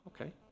Okay